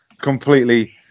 completely